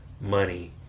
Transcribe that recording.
money